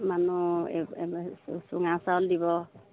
মানুহ চুঙা চাউল দিব